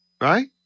right